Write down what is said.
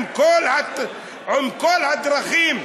עם כל הדרכים,